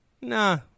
Nah